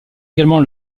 également